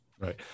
Right